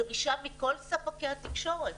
דרישה מכל ספקי התקשורת.